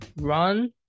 run